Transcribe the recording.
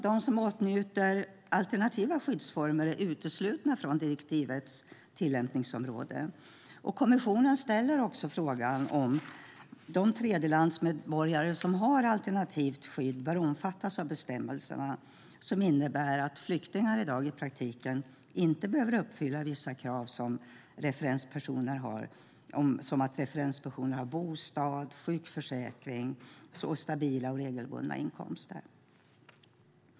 De som åtnjuter alternativa skyddsformer är uteslutna från direktivets tillämpningsområde, och kommissionen ställer också frågan om de tredjelandsmedborgare som har alternativt skydd bör omfattas av bestämmelserna, som innebär att flyktingar i dag i praktiken inte behöver uppfylla vissa krav som att referenspersonen har bostad, sjukförsäkring samt stabila och regelbundna inkomster.